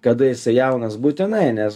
kada jisai jaunas būtinai nes